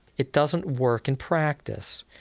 it doesn't work in practice.